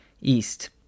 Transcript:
East